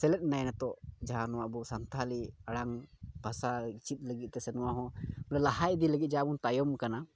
ᱥᱮᱞᱮᱫ ᱢᱮᱱᱟᱭᱟ ᱛᱚ ᱡᱟᱦᱟᱸ ᱱᱚᱣᱟ ᱟᱵᱚ ᱥᱟᱱᱛᱟᱲᱤ ᱟᱲᱟᱝ ᱵᱷᱟᱥᱟ ᱪᱮᱫ ᱞᱟᱹᱜᱤᱫ ᱛᱮ ᱥᱮ ᱱᱚᱣᱟ ᱦᱚᱸ ᱞᱟᱦᱟ ᱤᱫᱤ ᱞᱟᱹᱜᱤᱫ ᱡᱟ ᱵᱚᱱ ᱛᱟᱭᱚᱢ ᱠᱟᱱᱟ